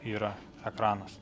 yra ekranas